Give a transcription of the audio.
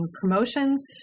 promotions